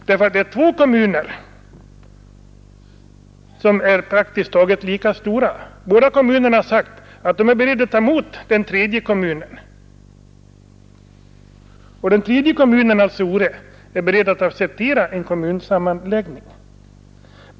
Det är två kommuner som är praktiskt taget lika stora och som har sagt att de är beredda att ta emot den tredje kommunen. Den tredje kommunen, Ore kommun, är beredd att acceptera en kommunsammanläggning.